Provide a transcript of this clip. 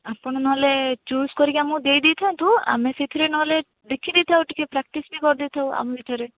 ଆପଣ ନହେଲେ ଚୁଜ୍ କରିକି ଆମକୁ ଦେଇଦେଇଥାନ୍ତୁ ଆମେ ସେଥିରେ ନହେଲେ ଦେଖିଦେଇଥାଉ ଟିକିଏ ପ୍ରାକ୍ଟିସ୍ ବି କରିଦେଇଥାଉ ଆମ ଭିତରେ